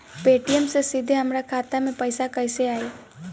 Paytm से सीधे हमरा खाता मे पईसा कइसे आई?